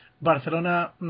Barcelona